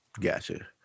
Gotcha